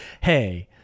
hey